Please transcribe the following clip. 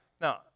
Now